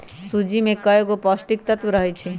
सूज्ज़ी में कएगो पौष्टिक तत्त्व रहै छइ